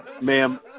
Ma'am